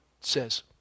says